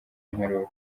w’imperuka